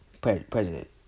president